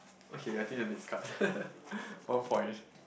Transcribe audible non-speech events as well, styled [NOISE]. okay I think the next card [LAUGHS] four points